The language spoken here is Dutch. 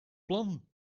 plan